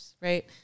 right